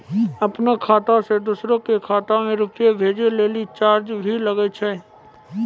आपनों खाता सें दोसरो के खाता मे रुपैया भेजै लेल चार्ज भी लागै छै?